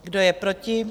Kdo je proti?